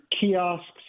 kiosks